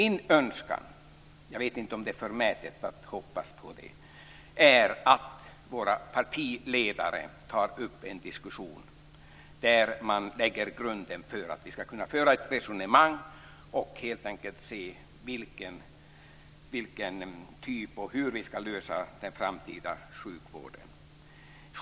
Min önskan är - jag vet inte om det är förmätet att hoppas på det - att våra partiledare tar upp en diskussion där man lägger grunden för att vi ska kunna föra ett resonemang och helt enkelt se hur vi ska lösa den framtida sjukvården och vilken typ vi ska ha.